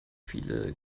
viele